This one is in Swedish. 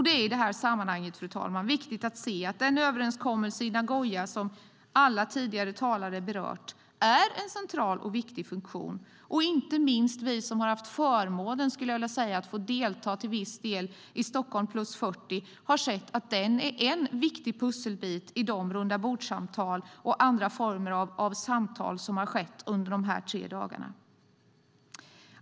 Det är i det sammanhanget, fru talman, viktigt att se att den överenskommelse i Nagoya som alla tidigare talare berört har en central och viktig funktion. Inte minst vi som haft förmånen att till viss del få delta i Stockholm + 40 har sett att det är en viktig pusselbit i de rundabordssamtal och andra former av samtal som ägt rum under dessa tre dagar.